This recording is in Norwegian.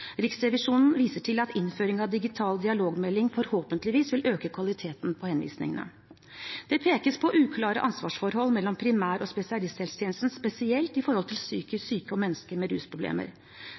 Riksrevisjonen viser til at innføring av digital dialogmelding forhåpentligvis vil øke kvaliteten på henvisningene. Det pekes på uklare ansvarsforhold mellom primær- og spesialisthelsetjenesten, spesielt når det gjelder psykisk syke og mennesker med rusproblemer.